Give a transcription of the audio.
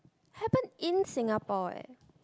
happen in Singapore eh